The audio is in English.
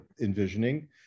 envisioning